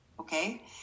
okay